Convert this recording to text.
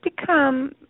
become